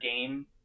game